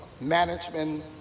management